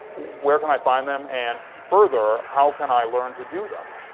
where can i find them, and further, how can i learn to do them?